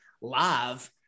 live